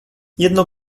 jedno